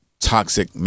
Toxic